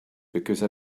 because